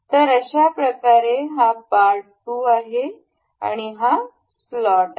तर अशाप्रकारे हा पार्ट टू आहे आणि हा स्लॉट आहे